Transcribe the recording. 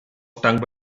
stung